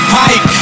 pipe